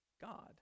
God